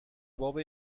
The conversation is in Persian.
باب